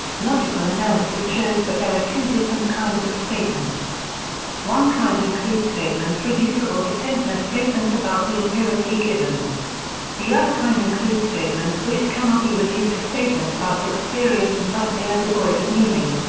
logical analysis shows that there are two different kinds of statements one kind includes statements reducible to simpler statements about the empirically given the other kind includes statements which cannot be reduced to statements about experience and thus they are devoid of meaning.